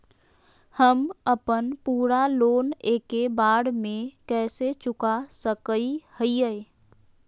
हम अपन पूरा लोन एके बार में कैसे चुका सकई हियई?